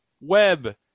web